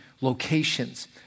locations